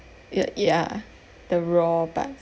ya ya the raw part